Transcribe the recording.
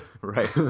Right